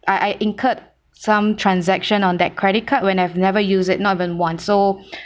I I incurred some transaction on that credit card when I've never use it not even once so